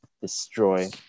destroy